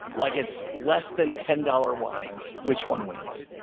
like it's less than ten dollars wines, which one wins.